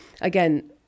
again